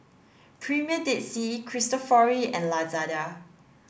Premier Dead Sea Cristofori and Lazada